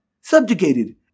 subjugated